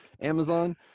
Amazon